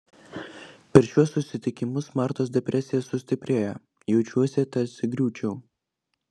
per šiuos susitikimus martos depresija sustiprėjo jaučiuosi tarsi griūčiau